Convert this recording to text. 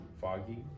foggy